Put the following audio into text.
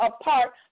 apart